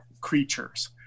creatures